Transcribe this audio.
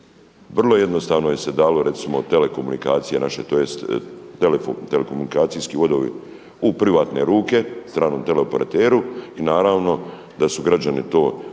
vrlo jednostavno da se dalo recimo telekomunikacije naše, tj. telekomunikacijski vodovi u privatne ruke, stranom teleoperateru i naravno da su građani to platili